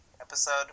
episode